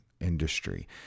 industry